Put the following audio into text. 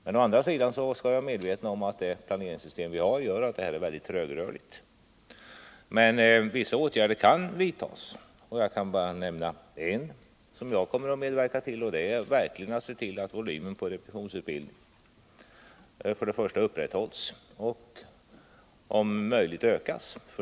Men vi skall vara medvetna om att det planeringssystem vi har är mycket trögrörligt. Vissa åtgärder kan dock vidtas. Jag kan som exempel nämna en — som jag kommer att medverka till — och det är att se till att volymen på repetitionsutbildningen upprätthålls och om möjligt ökas.